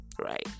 right